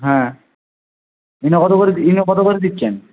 হ্যাঁ ইনো কত করে ইনো কত করে দিচ্ছেন